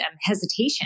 hesitation